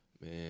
Man